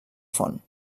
font